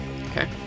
Okay